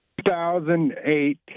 2008